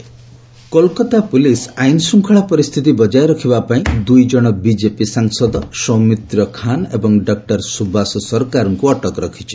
ଡବୁ ବି BJP Kolkata police ଆଇନଶୃଙ୍ଖଳା ପରିସ୍ଥିତି ବଜାୟ ରଖିବା ପାଇଁ ଦୁଇଜଣ ବିଜେପି ସାଂସଦ ସୌମିତ୍ର ଖାନ୍ ଏବଂ ଡକ୍ଟର ସୁବାସ ସରକାରଙ୍କୁ ଅଟକ ରଖିଛି